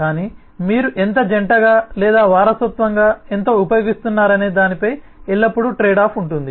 కానీ మీరు ఎంత జంటగా లేదా వారసత్వంగా ఎంత ఉపయోగిస్తున్నారనే దానిపై ఎల్లప్పుడూ ట్రేడ్ ఆఫ్ ఉంటుంది